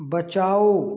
बचाओ